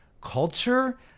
culture